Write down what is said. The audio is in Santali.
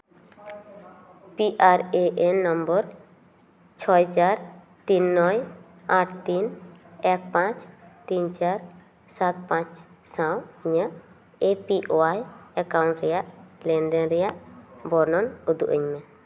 P R A N number ᱪᱷᱚᱭ ᱪᱟᱨ ᱛᱤᱱ ᱱᱚᱭ ᱟᱴ ᱛᱤᱱ ᱮᱹᱠ ᱯᱟᱸᱪ ᱛᱤᱱ ᱪᱟᱨ ᱥᱟᱛ ᱯᱟᱸᱪ ᱥᱟᱶ ᱤᱧᱟᱹᱜ ᱮ ᱯᱤ ᱚᱣᱟᱭ ᱮᱠᱟᱣᱩᱱᱴ ᱨᱮᱭᱟᱜ ᱞᱮᱱᱫᱮᱱ ᱨᱮᱭᱟᱜ ᱵᱚᱨᱱᱚᱱ ᱩᱫᱩᱜᱼᱟᱹᱧ ᱢᱮ